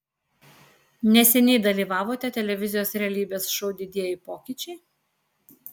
neseniai dalyvavote televizijos realybės šou didieji pokyčiai